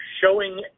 showing